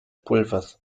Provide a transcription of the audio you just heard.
pulvers